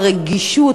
הרגישות,